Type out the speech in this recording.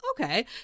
okay